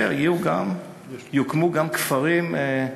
יוקמו גם כפרים,